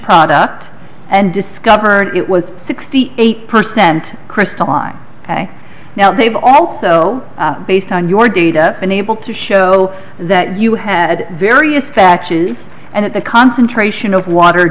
product and discovered it was sixty eight percent crystalline ok now they've also based on your data been able to show that you had various factions and the concentration of water